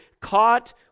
Caught